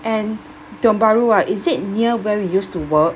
and tiong bahru ah is it near where we used to work